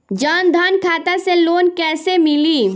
जन धन खाता से लोन कैसे मिली?